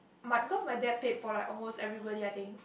my because my dad pay for like almost everybody I think